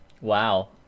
Wow